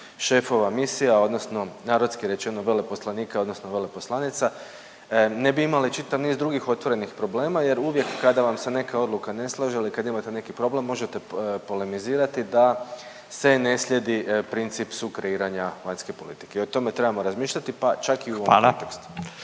šefova misija, odnosno narodski rečeno veleposlanika odnosno veleposlanica. Ne bi imali čitav niz drugih otvorenih problema, jer uvijek kada vam se neka odluka ne slaže ili kad imate neki problem možete polemizirati da se ne slijedi princip sukreiranja vanjske politike i o tome trebamo razmišljati, pa čak i u ovom kontekstu.